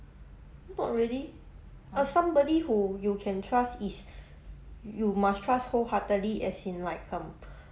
not really somebody who you can trust is you must trust wholeheartedly as in like um